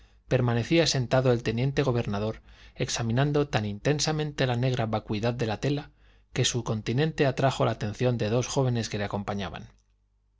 permanecía sentado el teniente gobernador examinando tan intensamente la negra vacuidad de la tela que su continente atrajo la atención de dos jóvenes que le acompañaban uno